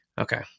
okay